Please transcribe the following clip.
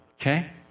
okay